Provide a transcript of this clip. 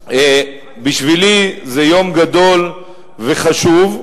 בשבילי זה יום גדול וחשוב,